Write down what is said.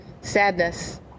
sadness